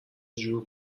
جور